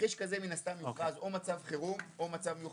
בתרחיש כזה מן הסתם יוכרז או מצב חירום או מצב מיוחד